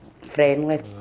Friendly